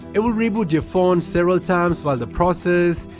it will reboot your phone several time while the process,